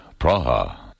Praha